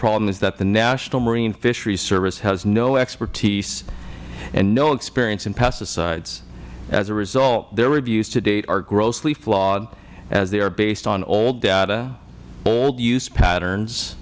problem is that the national marine fisheries service has no expertise and no experience in pesticides as a result their reviews to date are grossly flawed as they are based on old data old use patterns